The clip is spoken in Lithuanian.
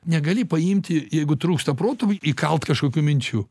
negali paimti jeigu trūksta proto įkalt kažkokių minčių